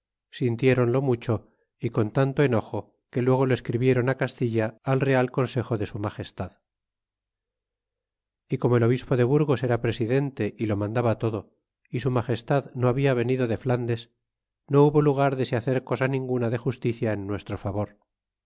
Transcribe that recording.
atrevimiento sintiéronlo mucho y con tanto enojo que luego lo escribieron castilla al real consejo de su magestad y como el obispo de burgos era presidente y lo mandaba todo y su magestad no habla venido de flandes no hubo lugar de se hacer cosa ninguna de justicia en nuestro favor